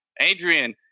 Adrian